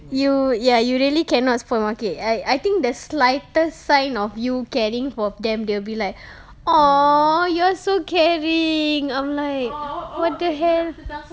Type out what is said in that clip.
you ya you really cannot spoil market I I think the slightest sign of you caring for them they'll be like oh you're so caring I'm like what the hell